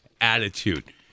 attitude